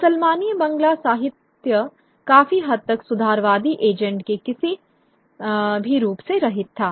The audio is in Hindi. मुसलामानी बांग्ला साहित्य काफी हद तक सुधारवादी एजेंडे के किसी भी रूप से रहित था